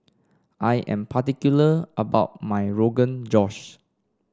I am particular about my Rogan Josh